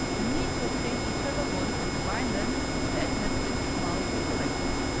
you need to obtain each feather once and combine them, which will add the nascent indrik mount to your collection.